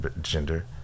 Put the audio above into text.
gender